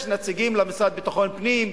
יש נציגים למשרד לביטחון פנים,